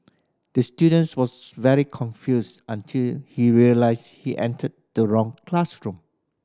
the students was very confused until he realised he entered the wrong classroom